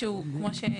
שכמו